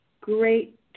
great